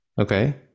Okay